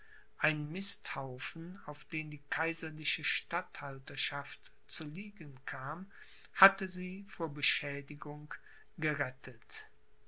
ein misthaufen auf den die kaiserliche statthalterschaft zu liegen kam hatte sie vor beschädigung gerettet